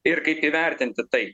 ir kaip įvertinti tai